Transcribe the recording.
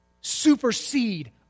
supersede